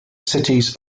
cities